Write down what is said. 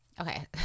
Okay